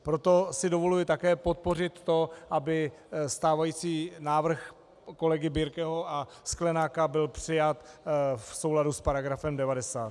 Proto si dovoluji také podpořit to, aby stávající návrh kolegy Birkeho a Sklenáka byl přijat v souladu s § 90.